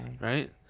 Right